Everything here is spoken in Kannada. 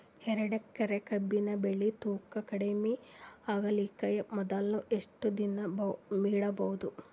ಎರಡೇಕರಿ ಕಬ್ಬಿನ್ ಬೆಳಿ ತೂಕ ಕಡಿಮೆ ಆಗಲಿಕ ಮೊದಲು ಎಷ್ಟ ದಿನ ಇಡಬಹುದು?